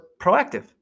proactive